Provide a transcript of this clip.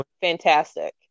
fantastic